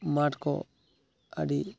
ᱢᱟᱴᱠᱚ ᱟᱹᱰᱤ